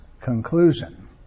conclusion